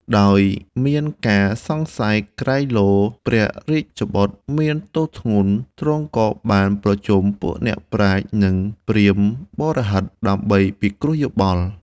ដោយមានការសង្ស័យក្រែងលោព្រះរាជបុត្រមានទោសធ្ងន់ ទ្រង់ក៏បានប្រជុំពួកអ្នកប្រាជ្ញ និងព្រាហ្មណ៍បុរោហិតដើម្បីពិគ្រោះយោបល់។